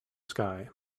sky